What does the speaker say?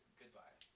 goodbye